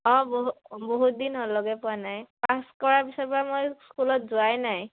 অঁ বহু বহুত দিন হ'ল লগে পোৱা নাই পাছ কৰাৰ পিছৰ পৰা মই স্কুলত যোৱাই নাই